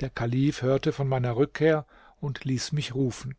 der kalif hörte von meiner rückkehr und ließ mich rufen